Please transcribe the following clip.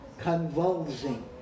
convulsing